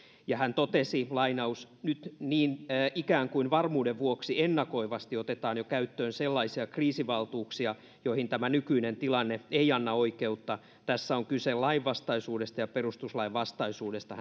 ja hän totesi silloin nyt ikään kuin varmuuden vuoksi ennakoivasti otetaan jo käyttöön sellaisia kriisivaltuuksia joihin tämä nykyinen tilanne ei anna oikeutta tässä on kyse lainvastaisuudesta ja perustuslainvastaisuudesta